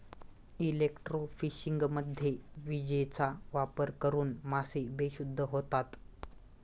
इलेक्ट्रोफिशिंगमध्ये विजेचा वापर करून मासे बेशुद्ध होतात